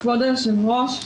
כבוד היושב-ראש,